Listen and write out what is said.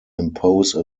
impose